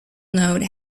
note